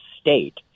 state